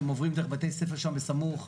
הם עוברים דרך בתי ספר שם בסמוך,